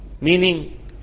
Meaning